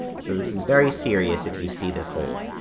so, this is very serious if you see this hold,